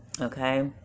Okay